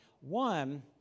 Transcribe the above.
One